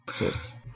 yes